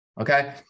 Okay